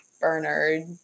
Bernard